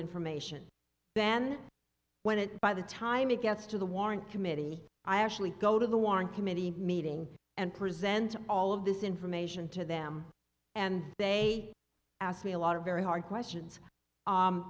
information then when it by the time it gets to the warrant committee i actually go to the warren committee meeting and present all of this information to them and they ask me a lot of very hard questions